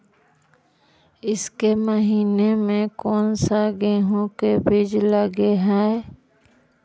ईसके महीने मे कोन सा गेहूं के बीज लगे है?